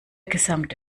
gesamte